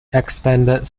extended